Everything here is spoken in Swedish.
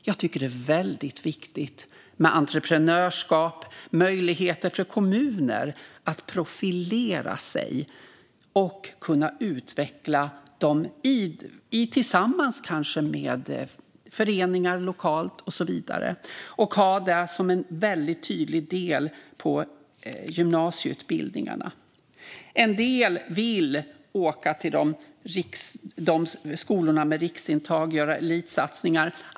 Jag tycker att det är väldigt viktigt med entreprenörskap och möjligheter för kommuner att profilera sig och utveckla detta, kanske tillsammans med föreningar lokalt och så vidare, och ha det som en väldigt tydlig del på gymnasieutbildningarna. En del vill åka till skolorna med riksintag och göra elitsatsningar.